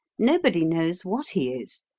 nobody knows what he is.